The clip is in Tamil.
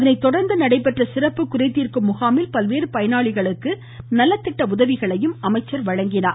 அதனைத் தொடர்ந்து நடைபெற்ற சிறப்பு குறைதீர்க்கும் முகாமில் பல்வேறு பயனாளிகளுக்கு நலத்திட்ட உதவிகளையும் அமைச்சர் வழங்கினார்